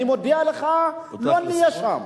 אני מודיע לך, לא נהיה שם.